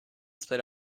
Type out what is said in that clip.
split